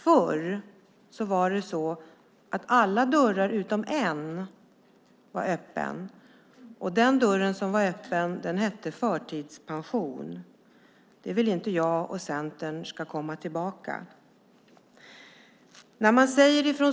Förr var bara en dörr öppen, och den hette förtidspension. Detta vill inte jag och Centern ska komma tillbaka.